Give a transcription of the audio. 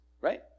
Right